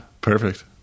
perfect